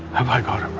i've i got it right.